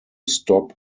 stop